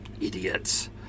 Idiots